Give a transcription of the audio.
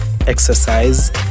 exercise